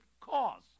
cause